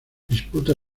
disputa